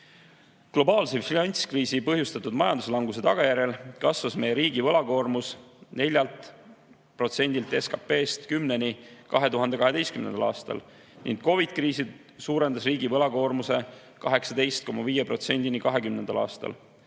Globaalse finantskriisi põhjustatud majanduslanguse tagajärjel kasvas meie riigi võlakoormus 4%‑lt SKT-st 10%-ni 2012. aastal ning COVID-kriis suurendas riigivõlakoormuse 18,5%-ni 2020. aastal.